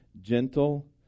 Gentle